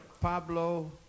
Pablo